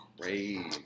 crazy